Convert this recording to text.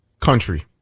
Country